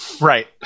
right